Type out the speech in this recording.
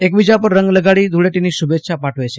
એકબીજા પર રંગ લગાડી ધુળેટીની શુભેચ્છા પાઠવે છે